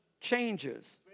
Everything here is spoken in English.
changes